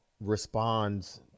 responds